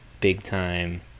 big-time